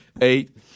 eight